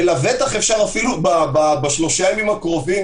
ולבטח אפשר אפילו בשלושה הימים הקרובים,